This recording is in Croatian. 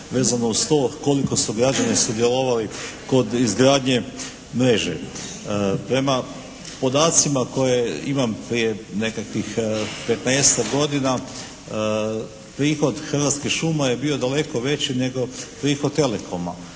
vezano uz to koliko su građani sudjelovali kod izgradnje mreže. Prema podacima koje imam prije nekakvih 15-tak godina prihod Hrvatskih šuma je bio daleko veći nego prihod telekoma.